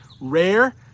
Rare